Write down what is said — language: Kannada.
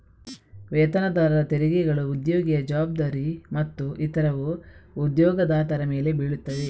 ವೇತನದಾರರ ತೆರಿಗೆಗಳು ಉದ್ಯೋಗಿಯ ಜವಾಬ್ದಾರಿ ಮತ್ತು ಇತರವು ಉದ್ಯೋಗದಾತರ ಮೇಲೆ ಬೀಳುತ್ತವೆ